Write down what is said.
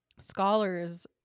scholars